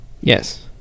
Yes